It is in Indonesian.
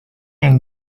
yang